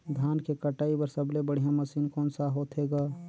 धान के कटाई बर सबले बढ़िया मशीन कोन सा होथे ग?